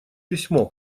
письмо